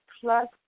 plus